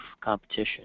competition